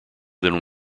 than